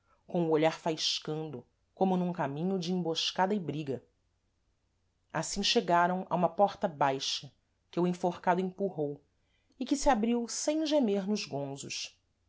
com o olhar faiscando como num caminho de emboscada e briga assim chegaram a uma porta baixa que o enforcado empurrou e que se abriu sem gemer nos gonzos